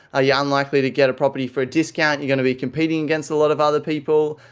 ah yeah ah unlikely to get a property for discount, you're going to be competing against a lot of other people.